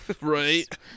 Right